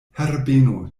herbeno